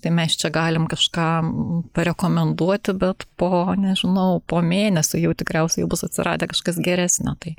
tai mes čia galim kažkam parekomenduoti bet po nežinau po mėnesio jau tikriausiai bus atsiradę kažkas geresnio tai